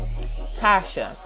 Tasha